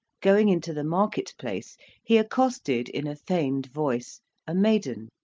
going into the market place he accosted in a feigned voice a maiden,